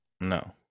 No